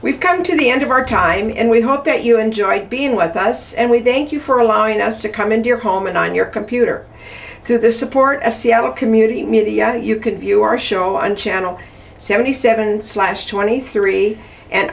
we've come to the end of our time and we hope that you enjoy being with us and we thank you for allowing us to come into your home and on your computer through the support of seattle community you can view our show on channel seventy seven twenty three and